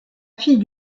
fille